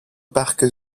parcs